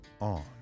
on